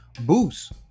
boost